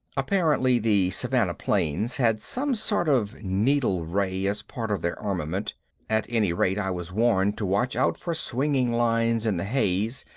apparently the savannah planes had some sort of needle ray as part of their armament at any rate i was warned to watch out for swinging lines in the haze,